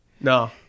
No